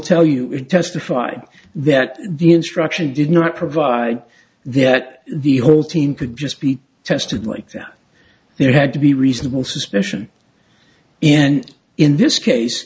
tell you in testify that the instruction did not provide that the whole team could just be tested like that there had to be reasonable suspicion and in this case